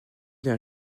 d’un